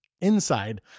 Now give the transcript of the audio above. inside